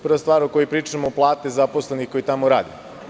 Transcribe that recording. Prva stvar o kojoj pričamo su plate zaposlenih koji tamo rade.